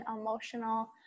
emotional